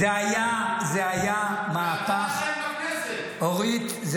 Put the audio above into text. זה היה מהפך, אורית.